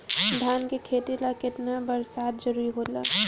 धान के खेती ला केतना बरसात जरूरी होला?